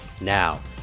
Now